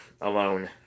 alone